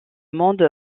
monde